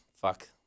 fuck